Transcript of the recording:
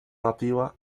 nativa